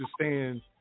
understand